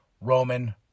Roman